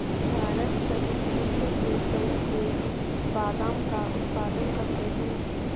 भारत सहित विश्व के कई देश बादाम का उत्पादन करते हैं